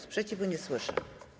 Sprzeciwu nie słyszę.